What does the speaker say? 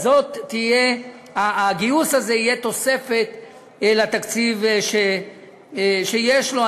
אלא הגיוס הזה יהיה תוספת לתקציב שיש לו.